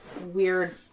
weird